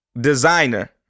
designer